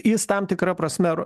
jis tam tikra prasme